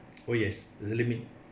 oh yes limit